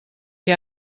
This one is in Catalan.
què